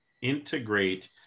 integrate